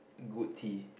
good tea